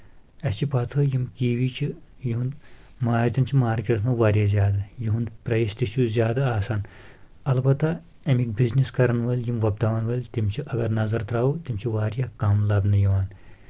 اسہِ چھِ پتہٕے یِم کی وی چھِ یِہُنٛد مارجن چھُ مارکیٹس منٛز واریاہ زیادٕ یِہُنٛد پرٛایس تہِ چھُ زیادٕ آسان البتہ امِکۍ بِزنس کران وٲلۍ یِم وۄپداوان وٲلۍ تِم چھِ اگر نظر ترٛاوو تِم چھِ واریاہ کم لبنہٕ یِوان